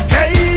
Hey